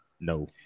no